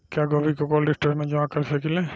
क्या गोभी को कोल्ड स्टोरेज में जमा कर सकिले?